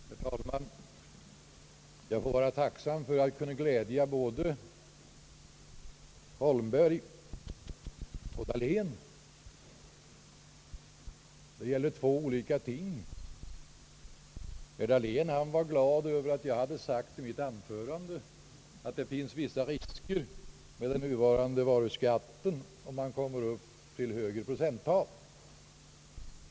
Herr talman! Jag får vara tacksam för att jag kunde glädja både herr Holmberg och herr Dahlén. Det gäller dock två olika ting. Herr Dahlén var glad över att jag hade sagt i mitt anförande, att det finns vissa risker med den nuvarande varuskatten om den kommer upp till högre procenttal.